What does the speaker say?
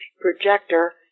projector